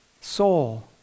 Soul